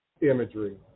imagery